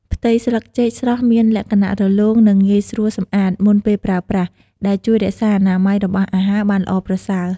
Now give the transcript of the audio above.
ផ្ទៃស្លឹកចេកស្រស់មានលក្ខណៈ រលោង និងងាយស្រួលសម្អាត មុនពេលប្រើប្រាស់ ដែលជួយរក្សាអនាម័យរបស់អាហារបានល្អប្រសើរ។